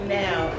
now